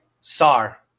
Sar